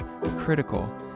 critical